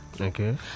Okay